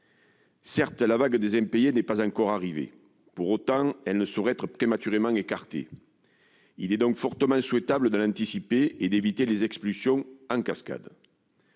Certes, la vague des impayés n'est pas encore arrivée. Pour autant, elle ne saurait être prématurément écartée. Il est donc fortement souhaitable de l'anticiper et d'éviter les expulsions en cascade.